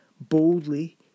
boldly